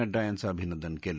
नड्डा यांचं अभिनंदन केलं